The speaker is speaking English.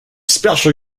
special